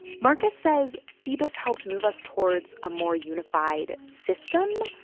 markus says phoebus helped move us towards a more unified system.